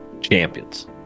Champions